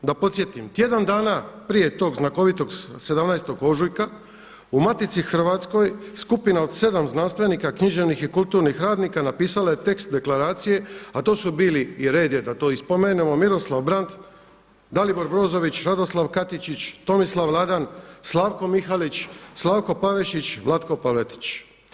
Da podsjetim, tjedan dana prije tog znakovitog 17. ožujka u Matici hrvatskoj, skupina od 7 znanstvenika književnih i kulturnih radnika napisalo je tekst deklaracije, a to su bili i red je da to spomenemo Miroslav Brandt, Dalibor Brozović, Radoslav Katičić, Tomislav Ladan, Slavko Mihalić, Slavko Pavešić, Vlatko Pavletić.